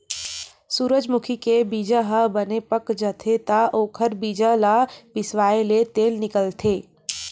सूरजमूजी के बीजा ह बने पाक जाथे त ओखर बीजा ल पिसवाएले तेल निकलथे